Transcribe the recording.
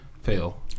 fail